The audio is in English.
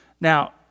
Now